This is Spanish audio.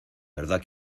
verdad